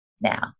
Now